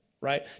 right